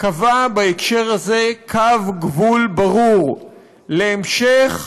קבע בהקשר הזה קו גבול ברור להמשך,